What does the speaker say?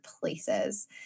places